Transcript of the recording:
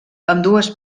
ambdues